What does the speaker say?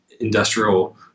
industrial